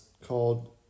called